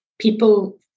people